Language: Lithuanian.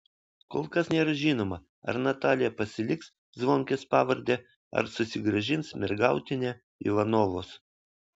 kol kas nėra žinoma ar natalija pasiliks zvonkės pavardę ar susigrąžins mergautinę ivanovos